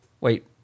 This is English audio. wait